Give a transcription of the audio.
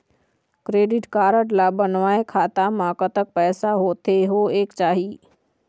Credit card ला बनवाए खाता मा कतक पैसा होथे होएक चाही?